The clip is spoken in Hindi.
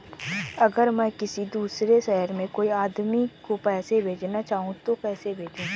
अगर मैं किसी दूसरे शहर में कोई आदमी को पैसे भेजना चाहूँ तो कैसे भेजूँ?